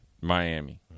Miami